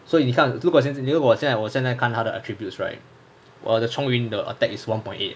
所以你看如果现在我现我现在看他的 attributes right 我的 chong yun 的 attack is one point eight